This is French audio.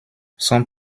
son